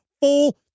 full